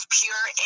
pure